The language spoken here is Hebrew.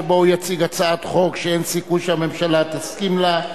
שבו הוא יציג הצעת חוק שאין סיכוי שהממשלה תסכים לה,